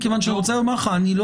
מכיוון שאני רוצה לומר לך: אני לא